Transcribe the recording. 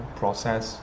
process